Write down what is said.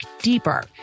deeper